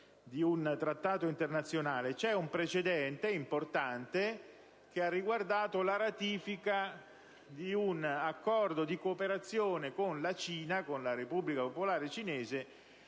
di un Trattato internazionale. C'è un precedente importante che ha riguardato la ratifica di un Accordo di cooperazione con la Repubblica popolare cinese